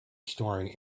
storing